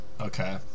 Okay